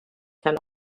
can